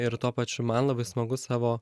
ir tuo pačiu man labai smagu savo